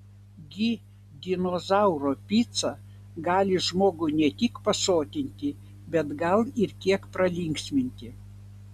gi dinozauro pica gali žmogų ne tik pasotinti bet gal ir kiek pralinksminti